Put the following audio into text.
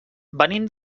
venim